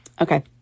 Okay